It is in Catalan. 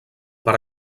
per